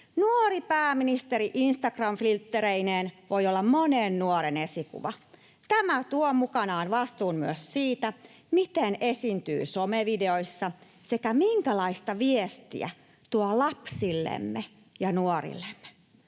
Nuori pääministeri Instagram-filttereineen voi olla monen nuoren esikuva. Tämä tuo mukanaan vastuun myös siitä, miten esiintyy somevideoissa sekä minkälaista viestiä tuo lapsillemme ja nuorillemme.